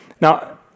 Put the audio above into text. Now